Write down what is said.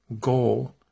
goal